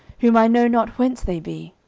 whom i know not whence they be?